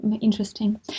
Interesting